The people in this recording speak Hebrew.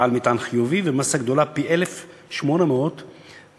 בעל מטען חיובי ומאסה גדולה פי-1,800 מהחלקיקים